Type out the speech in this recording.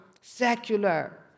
secular